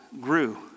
grew